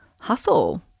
hustle